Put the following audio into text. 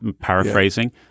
paraphrasing